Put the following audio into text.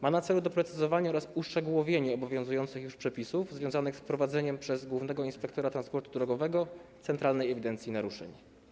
Ma na celu doprecyzowanie oraz uszczegółowienie obowiązujących już przepisów związanych z prowadzeniem przez głównego inspektora transportu drogowego centralnej ewidencji naruszeń.